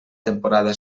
temporada